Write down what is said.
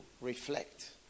reflect